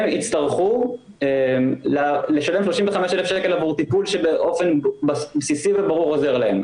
הם יצטרכו לשלם 35,000 שקל עבור טפול שבאופן בסיסי וברור עוזר להם.